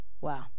Wow